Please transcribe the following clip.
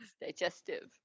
digestive